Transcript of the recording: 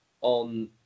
on